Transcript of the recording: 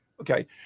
Okay